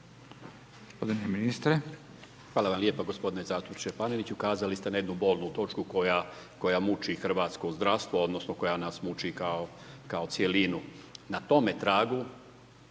Hvala vam lijepa. Gospodine zastupniče Paneniću, ukazali ste na jednu bolnu točku koja muči hrvatsko zdravstvo odnosno koja nas muči kao cjelinu. Na tome tragu